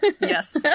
Yes